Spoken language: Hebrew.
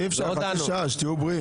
אי-אפשר, חצי שעה, שתהיו בריאים.